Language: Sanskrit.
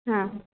हा